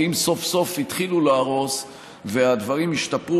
ואם סוף-סוף התחילו להרוס והדברים השתפרו,